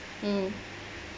mm